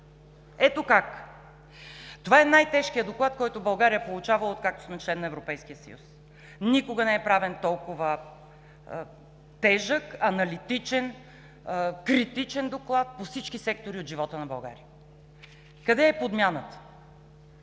Ето как. Това е най-тежкият доклад, който България получава, откакто сме член на Европейския съюз. Никога не е правен толкова тежък, аналитичен, критичен доклад по всички сектори от живота на България. Къде е подмяната?